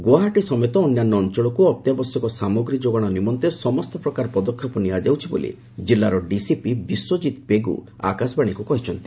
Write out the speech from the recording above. ଗୁଆହାଟି ସମେତ ଅନ୍ୟାନ୍ୟ ଅଞ୍ଚଳକୁ ଅତ୍ୟାବଶ୍ୟକ ସାମଗ୍ରୀ ଯୋଗାଣ ନିମନ୍ତେ ସମସ୍ତ ପ୍ରକାର ପଦକ୍ଷେପ ନିଆଯାଉଛି ବୋଲି ଜିଲ୍ଲାର ଡିସିପି ବିଶ୍ୱକିତ ପେଗୁ ଆକାଶବାଣୀକୁ କହିଛନ୍ତି